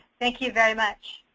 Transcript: thank you very much.